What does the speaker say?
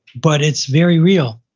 but it's very real.